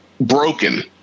broken